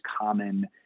common